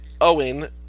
Owen